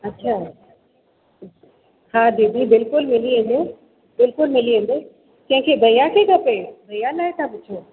अच्छा हा दीदी बिल्कुलु मिली वेंदो बिल्कुलु मिली वेंदो कंहिंखे भैया खे खपे भैया लाइ तव्हां पुछो